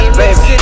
baby